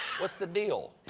what's the deal?